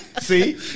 see